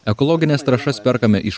ekologines trąšas perkame iš